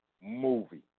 movie